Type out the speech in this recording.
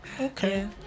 Okay